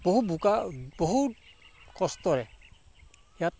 বহু বোকা বহুত কষ্টৰে ইয়াত